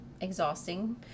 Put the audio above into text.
exhausting